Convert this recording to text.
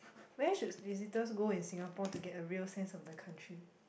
where should visitors go in Singapore to get a real sense of the country